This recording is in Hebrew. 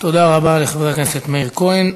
תודה רבה לחבר הכנסת מאיר כהן.